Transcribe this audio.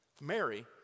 Mary